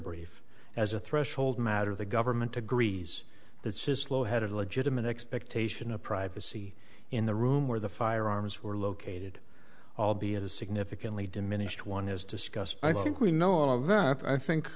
brief as a threshold matter the government agrees that says lho had a legitimate expectation of privacy in the room where the firearms were located albeit a significantly diminished one as discussed i think we know all of that i think